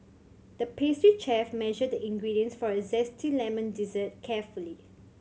the pastry chef measured the ingredients for a zesty lemon dessert carefully